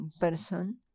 person